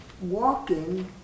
walking